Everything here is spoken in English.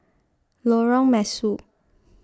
Lorong Mesu